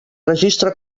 registre